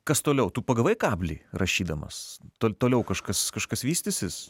kas toliau tu pagavai kablį rašydamas tol toliau kažkas kažkas vystysis